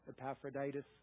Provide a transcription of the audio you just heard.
Epaphroditus